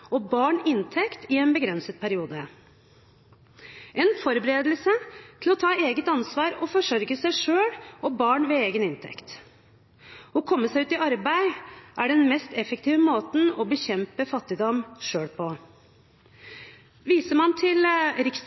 og barn inntekt i en begrenset periode. Det er en forberedelse til å ta eget ansvar og forsørge seg selv og barn ved egen inntekt. Å komme seg ut i arbeid er den mest effektive måten å bekjempe fattigdom på selv. Hvis man